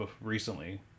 recently